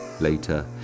Later